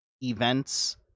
events